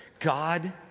God